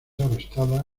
arrestada